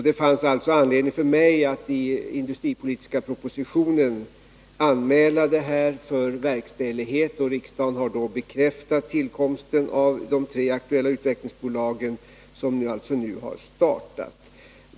Det fanns alltså anledning för mig att i den industripolitiska propositionen anmäla detta för verkställighet, och riksdagen har bekräftat tillkomsten av de tre aktuella utvecklingsbolagen som alltså nu har startat.